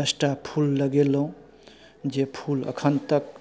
दस टा फूल लगेलहुँ जे फूल एखन तक